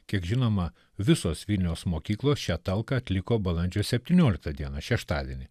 kiek žinoma visos vilniaus mokyklos šią talką atliko balandžio septynioliktą dieną šeštadienį